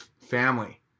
family